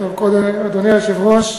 אדוני היושב-ראש,